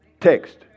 text